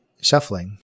shuffling